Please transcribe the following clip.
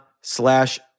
slash